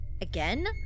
Again